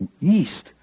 east